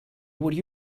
would